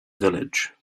village